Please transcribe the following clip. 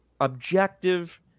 objective